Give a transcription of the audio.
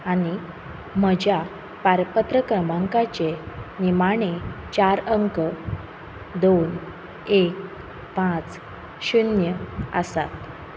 आनी म्हज्या पारपत्र क्रमांकाचे निमाणे चार अंक दोन एक पांच शुन्य आसात